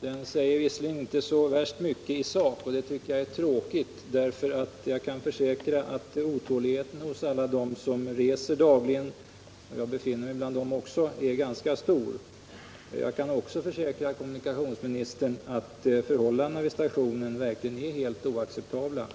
Det säger visserligen inte så värst mycket i sak, och det tycker jag är tråkigt, för jag kan försäkra att otåligheten hos alla dem som reser dagligen — och jag befinner mig bland dem — är ganska stor. Jag kan också försäkra kommunikationsministern att förhållandena vid stationen verkligen är helt oacceptabla.